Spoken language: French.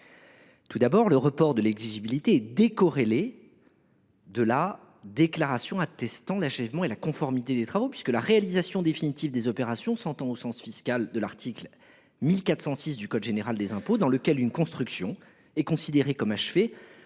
Tout d’abord, le report de l’exigibilité est décorrélé de la déclaration attestant l’achèvement et la conformité des travaux, puisque la réalisation définitive des opérations s’entend au sens fiscal de l’article 1406 du code général des impôts, dans lequel une construction est considérée comme achevée